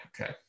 Okay